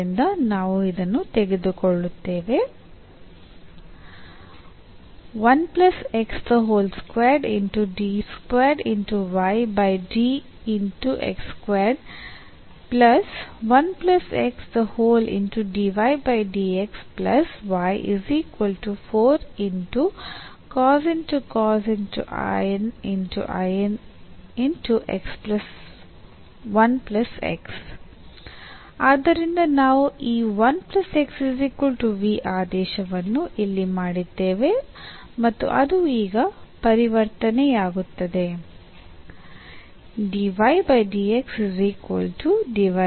ಆದ್ದರಿಂದ ನಾವು ಇದನ್ನು ತೆಗೆದುಕೊಳ್ಳುತ್ತೇವೆ ಆದ್ದರಿಂದ ನಾವು ಈ ಆದೇಶವನ್ನು ಇಲ್ಲಿ ಮಾಡಿದ್ದೇವೆ ಮತ್ತು ಅದು ಈಗ ಪರಿವರ್ತನೆಯಾಗುತ್ತದೆ